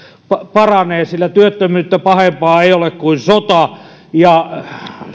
paranee sillä työttömyyttä pahempaa ei ole kuin sota ja